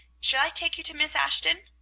shall i take you to miss ashton?